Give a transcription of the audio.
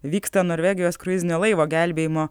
vyksta norvegijos kruizinio laivo gelbėjimo